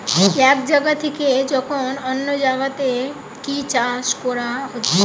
এক জাগা থিকে যখন অন্য জাগাতে কি চাষ কোরা হচ্ছে